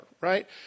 right